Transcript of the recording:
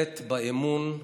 באמון